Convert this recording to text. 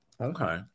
Okay